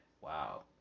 Wow